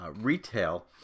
retail